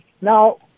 now